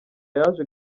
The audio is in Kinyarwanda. yaje